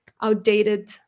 outdated